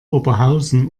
oberhausen